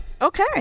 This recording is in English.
Okay